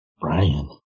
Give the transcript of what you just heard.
Brian